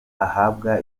ahabwa